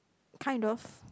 kind of